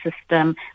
system